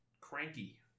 cranky